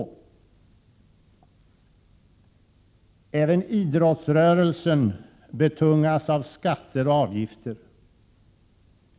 Även idrottsrörelsen betungas av skatter och avgifter.